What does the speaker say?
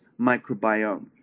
microbiome